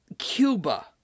Cuba